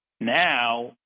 now